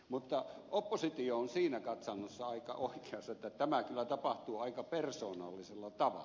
mutta oppositio on siinä katsannossa aika oikeassa että tämä kyllä tapahtuu aika persoonallisella tavalla